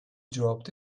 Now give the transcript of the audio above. dropped